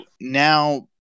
now